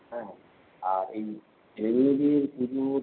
হ্যাঁ আর এই ছেলে মেয়েদের পুজো